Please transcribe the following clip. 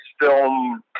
film